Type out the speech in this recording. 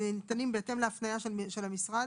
שניתנים בהתאם להפניה של המשרד?